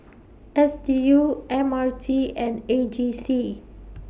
S D U M R T and A G C